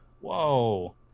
Whoa